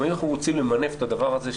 אם אנחנו רוצים למנף את הדבר הזה,